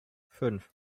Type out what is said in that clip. fünf